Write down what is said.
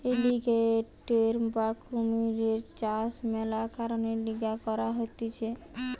alligator বা কুমিরের চাষ মেলা কারণের লিগে করা হতিছে